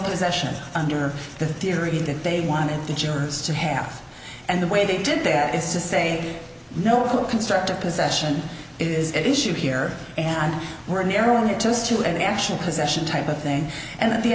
possession under the theory that they wanted the jurors to half and the way they did that is to say no constructive possession is at issue here and we're narrowing it just to an actual possession type of thing and the